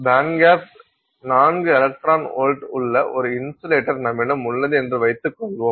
bandgap 4 electron volt உள்ள ஒரு insulator நம்மிடம் உள்ளது என்று வைத்துக்கொள்வோம்